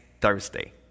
Thursday